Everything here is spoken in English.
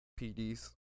PDs